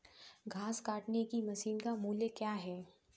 घास काटने की मशीन का मूल्य क्या है?